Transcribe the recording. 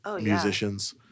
musicians